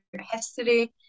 history